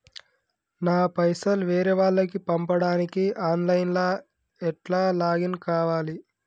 నా పైసల్ వేరే వాళ్లకి పంపడానికి ఆన్ లైన్ లా ఎట్ల లాగిన్ కావాలి?